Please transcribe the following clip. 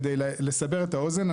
כדי לסבר את האוזן,